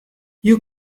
you